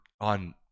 on